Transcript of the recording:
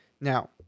Now